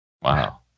Wow